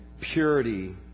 purity